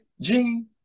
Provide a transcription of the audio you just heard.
Gene